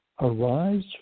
arise